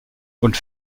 und